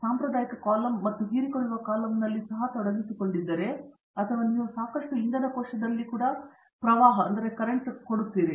ಸಾಂಪ್ರದಾಯಿಕ ಕಾಲಮ್ ಮತ್ತು ಹೀರಿಕೊಳ್ಳುವ ಕಾಲಮ್ನಲ್ಲಿ ಸಹ ತೊಡಗಿಸಿಕೊಂಡಿದ್ದರೆ ಅಥವಾ ನೀವು ಸಾಕಷ್ಟು ಇಂಧನ ಕೋಶದಲ್ಲಿ ಕೂಡ ಪ್ರವಾಹ ಮಾಡುತ್ತಿದ್ದೀರಿ